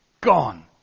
gone